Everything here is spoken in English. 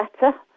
better